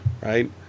right